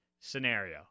scenario